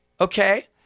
okay